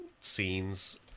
scenes